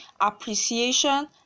appreciation